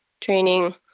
Training